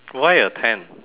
why a tent